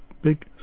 big